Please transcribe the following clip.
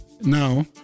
Now